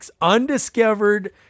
undiscovered